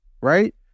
right